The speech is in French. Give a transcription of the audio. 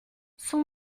son